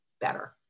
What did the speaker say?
better